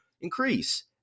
increase